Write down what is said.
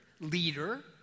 leader